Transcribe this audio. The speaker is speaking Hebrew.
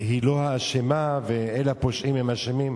לא האשמה, ואלה הפושעים שאשמים.